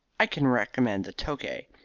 i can recommend the tokay.